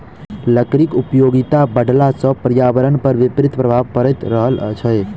लकड़ीक उपयोगिता बढ़ला सॅ पर्यावरण पर विपरीत प्रभाव पड़ि रहल छै